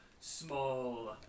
small